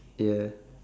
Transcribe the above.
yeah